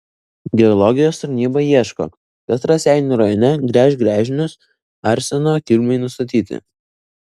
geologijos tarnyba ieško kas raseinių rajone gręš gręžinius arseno kilmei nustatyti